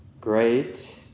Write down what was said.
great